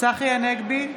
צחי הנגבי,